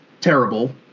terrible